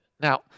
Now